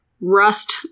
rust